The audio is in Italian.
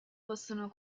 possono